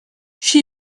she